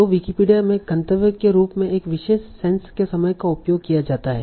तो विकिपीडिया में गंतव्य के रूप में एक विशेष सेंस के समय का उपयोग किया जाता है